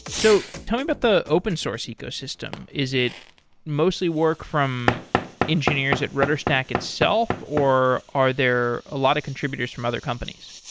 so tell me about the open source ecosystem. is it mostly work from engineers at rudderstack itself or are there a lot of contributors from other companies?